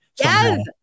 Yes